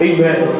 Amen